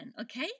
okay